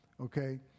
okay